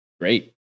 Great